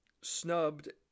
snubbed